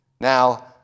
Now